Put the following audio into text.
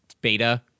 beta